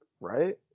right